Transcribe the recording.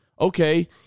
okay